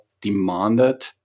demanded